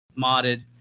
modded